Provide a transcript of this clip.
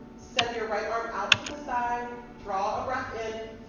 send your right arm out to the side. draw a breath in.